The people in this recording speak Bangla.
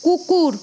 কুকুর